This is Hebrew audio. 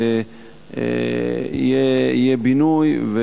ויהיה בינוי.